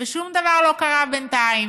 ושום דבר לא קרה בינתיים.